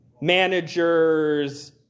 managers